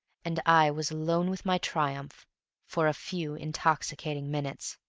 and i was alone with my triumph for a few intoxicating minutes.